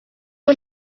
ubu